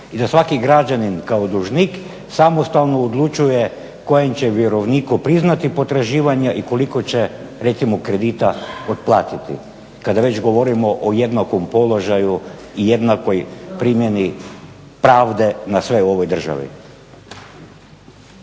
i da svaki građanin kao dužnik samostalno odlučuje kojem će vjerovniku priznati potraživanja i koliko će recimo kredita otplatiti kada već govorimo o jednakom položaju i jednakoj primjeni pravde na sve u ovoj državi.